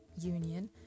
Union